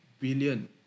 billion